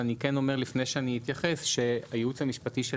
ואני כן אומר לפני שאני אתייחס שהייעוץ המשפטי של